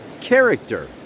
character